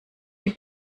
die